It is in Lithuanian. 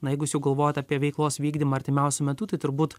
na jeigu jūs jau galvojat apie veiklos vykdymą artimiausiu metu tai turbūt